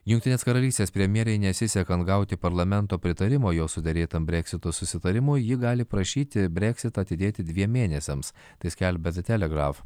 jungtinės karalystės premjerei nesisekant gauti parlamento pritarimo jos suderėtam breksito susitarimui ji gali prašyti breksitą atidėti dviem mėnesiams tai skelbia de telegraf